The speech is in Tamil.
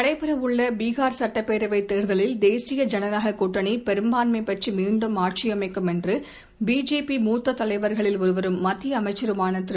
நடைபெறவுள்ள பீகார் சுட்டப்பேரவைத் தேர்தலில் தேசிய ஜனநாயக கூட்டணி பெரும்பான்மை பெற்று மீண்டும் ஆட்சியமைக்கும் என்று பிஜேபி மூத்த தலைவர்களில் ஒருவரும் மத்திய அமைச்சருமான திரு